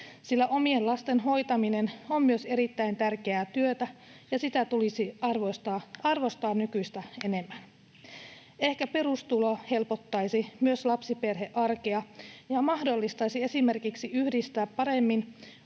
sillä omien lasten hoitaminen on myös erittäin tärkeää työtä ja sitä tulisi arvostaa nykyistä enemmän. Ehkä perustulo helpottaisi myös lapsiperhearkea ja mahdollistaisi esimerkiksi yhdistää paremmin